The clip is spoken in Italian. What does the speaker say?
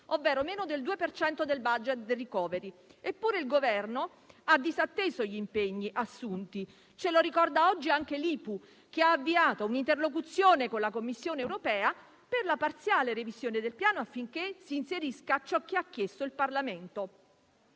ovvero meno del 2 per cento del *budget* del *recovery*. Eppure, il Governo ha disatteso gli impegni assunti. Ce lo ricorda oggi anche la Lipu, che ha avviato un'interlocuzione con la Commissione europea per la parziale revisione del Piano, affinché si inserisca ciò che ha chiesto il Parlamento.